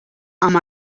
amb